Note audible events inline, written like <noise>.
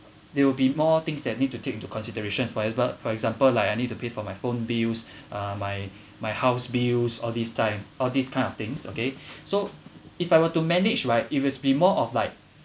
there will be more things that need to take into consideration for ev~ for example like I need to pay for my phone bills uh my my house bills all this kind all these kind of things okay <breath> so if I were to manage right it will be more of like